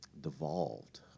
devolved